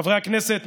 חברי הכנסת,